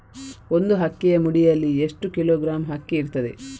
ಒಂದು ಅಕ್ಕಿಯ ಮುಡಿಯಲ್ಲಿ ಎಷ್ಟು ಕಿಲೋಗ್ರಾಂ ಅಕ್ಕಿ ಇರ್ತದೆ?